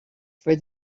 for